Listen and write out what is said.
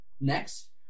next